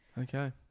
okay